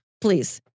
please